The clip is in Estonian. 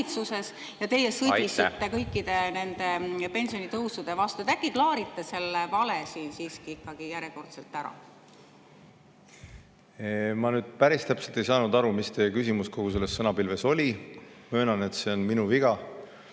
ja teie sõdisite kõikide nende pensionitõusude vastu. Äkki klaarite selle järjekordse vale siin siiski ära? Ma nüüd päris täpselt ei saanud aru, mis teie küsimus kogu selles sõnapilves oli. Möönan, et see on minu viga.